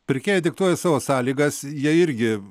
pirkėjai diktuoja savo sąlygas jie irgi